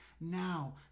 now